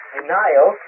denial